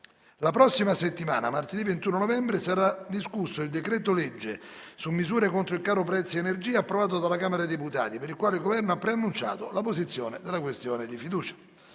La prossima settimana, martedì 21 novembre, sarà discusso il decretolegge su misure contro il caro prezzi energia, approvato dalla Camera dei deputati, per il quale il Governo ha preannunciato la posizione della questione di fiducia.